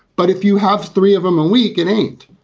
but if you have three of them a week and eight,